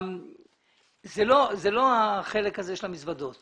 לא החלק הזה של המזוודות?